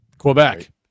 Quebec